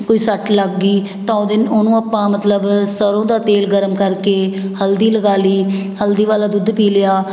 ਕੋਈ ਸੱਟ ਲੱਗ ਗਈ ਤਾਂ ਉਹਦੇ ਉਹਨੂੰ ਆਪਾਂ ਮਤਲਬ ਸਰੋਂ ਦਾ ਤੇਲ ਗਰਮ ਕਰਕੇ ਹਲਦੀ ਲਗਾ ਲਈ ਹਲਦੀ ਵਾਲਾ ਦੁੱਧ ਪੀ ਲਿਆ